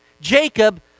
Jacob